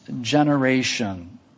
generation